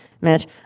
Mitch